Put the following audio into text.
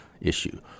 issue